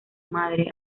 madre